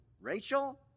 Rachel